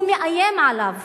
הוא מאיים עליו.